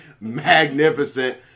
magnificent